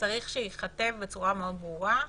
צריך שייכתב בצורה מאוד ברורה.